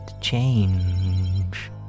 change